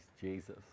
Jesus